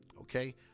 Okay